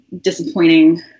disappointing